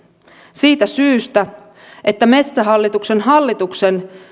siitä syystä että metsähallituksen hallituksen